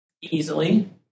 easily